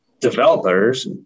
developers